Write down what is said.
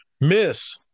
Miss